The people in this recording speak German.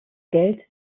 geld